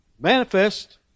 manifest